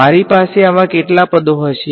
મારી પાસે આવા કેટલા પદો હશે